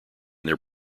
their